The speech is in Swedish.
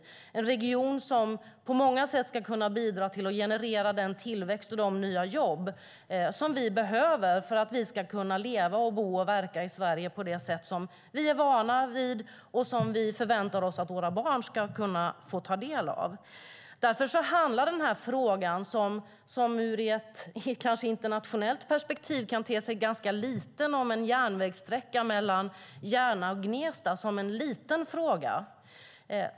Det är en region som på många sätt ska kunna bidra till att generera den tillväxt och de nya jobb som vi behöver för att vi ska kunna leva, bo och verka i Sverige på det sätt som vi är vana vid och som vi förväntar oss att våra barn ska kunna få ta del av. Den här frågan kan kanske ur ett internationellt perspektiv te sig som en ganska liten fråga. Det handlar om en järnvägssträcka mellan Järna och Gnesta.